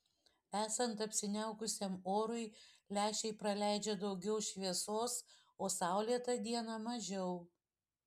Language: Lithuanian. esant apsiniaukusiam orui lęšiai praleidžia daugiau šviesos o saulėtą dieną mažiau